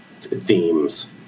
themes